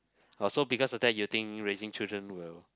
oh so because of that you think raising children will